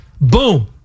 Boom